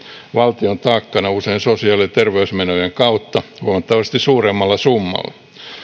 valtion taakkana usein sosiaali ja terveysmenojen kautta huomattavasti suuremmalla summalla